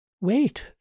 Wait